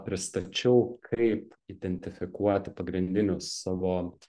pristačiau kaip identifikuoti pagrindinius savo